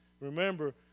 Remember